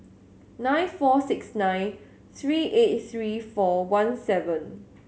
nine four six nine three eight three four one seven